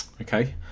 Okay